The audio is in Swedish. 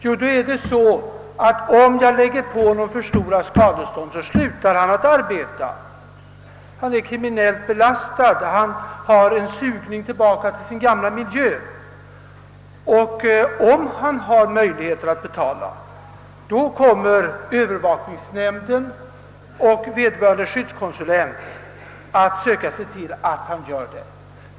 Jo, om man lägger på honom för stora skadestånd slutar han att arbeta. Är han kriminellt belastad, känner han en sugning tillbaka till sin gamla miljö. Om han har möjligheter att betala, kommer övervakningsnämnden och vederbörande skyddskonsulent att söka se till att han gör det.